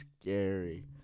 scary